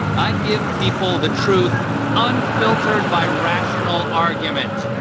i give people the truth, unfiltered by rational argument.